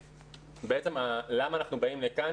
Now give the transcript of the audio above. בעצם למה אנחנו באים לכאן?